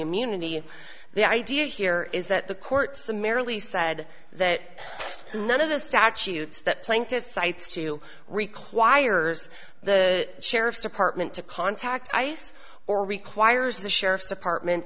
immunity the idea here is that the court summarily said that none of the statutes that plaintiffs cites to requires the sheriff's department to contact ice or requires the sheriff's department